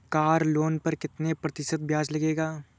Car loan पर कितने प्रतिशत ब्याज लगेगा?